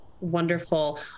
Wonderful